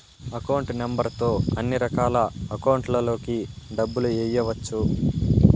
account number తో అన్నిరకాల అకౌంట్లలోకి డబ్బులు ఎయ్యవచ్చు